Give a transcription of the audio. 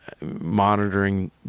monitoring